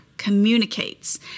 communicates